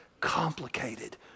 complicated